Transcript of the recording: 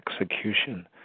execution